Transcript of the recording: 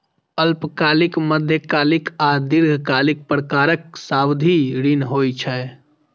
अल्पकालिक, मध्यकालिक आ दीर्घकालिक प्रकारक सावधि ऋण होइ छै